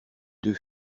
deux